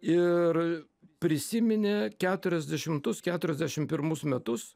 ir prisiminė keturiasdešimtus keturiasdešim pirmus metus